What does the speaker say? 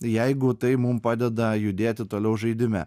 jeigu tai mum padeda judėti toliau žaidime